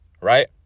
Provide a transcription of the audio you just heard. right